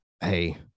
hey